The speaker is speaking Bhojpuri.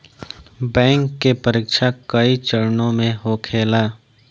बैंक के परीक्षा कई चरणों में होखेला